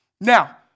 Now